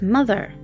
Mother